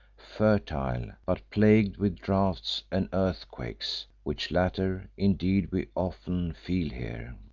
fertile, but plagued with droughts and earthquakes, which latter, indeed, we often feel here.